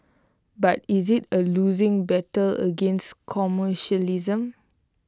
but is IT A losing battle against commercialism